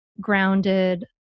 grounded